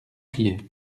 priest